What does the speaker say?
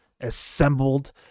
assembled